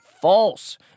false